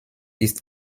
ist